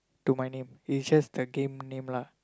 to my name is just the game name lah